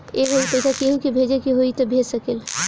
ए घड़ी पइसा केहु के भेजे के होई त भेज सकेल